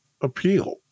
appeal